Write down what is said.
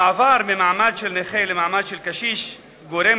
המעבר ממעמד של נכה למעמד של קשיש גורם